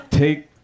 Take